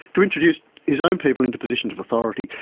to introduce his own people into positions of authority.